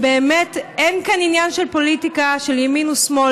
באמת אין כאן עניין של פוליטיקה, של ימין ושמאל.